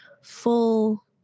full